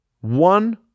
one